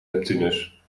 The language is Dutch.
neptunus